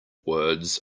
words